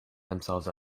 themselves